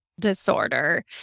disorder